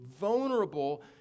vulnerable